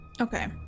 okay